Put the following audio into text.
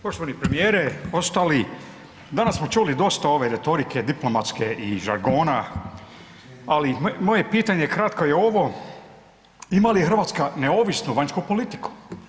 Poštovani premijere i ostali, danas smo čuli dosta ove retorike diplomatske i žargona ali moje pitanje kratko je ovo, ima li Hrvatska neovisnu vanjsku politiku?